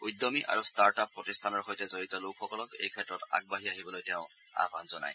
উদ্যমী আৰু start up প্ৰতিষ্ঠানৰ সৈতে জড়িত লোকসকলক এই ক্ষেত্ৰত আগবাঢ়ি আহিবলৈ তেওঁ আহান জনায়